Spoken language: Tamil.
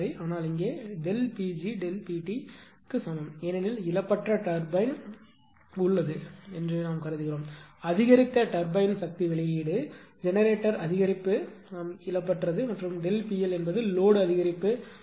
ஆனால் இங்கே ΔP g ΔP t க்கு சமம் ஏனெனில் இழப்பற்ற டர்பைன்உள்ளது என்று கருதி அதிகரித்த டர்பைன் சக்தி வெளியீடு ஜெனரேட்டர் அதிகரிப்பு இழப்பற்றது மற்றும் ΔP L என்பது லோடு அதிகரிப்பு ஆகும்